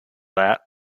that